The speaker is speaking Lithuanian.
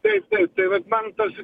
taip taip tai vat man tas